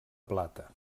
plata